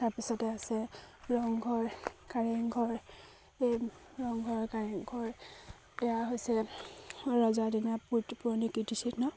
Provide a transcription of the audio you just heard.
তাৰপিছতে আছে ৰংঘৰ কাৰেংঘৰ এই ৰংঘৰ কাৰেংঘৰ এয়া হৈছে ৰজাদিনীয়া পূৰ্তি পুৰণি কীৰ্তিচিহ্ন